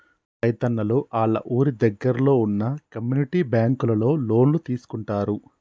రైతున్నలు ఆళ్ళ ఊరి దగ్గరలో వున్న కమ్యూనిటీ బ్యాంకులలో లోన్లు తీసుకుంటారు